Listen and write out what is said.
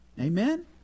Amen